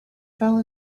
fell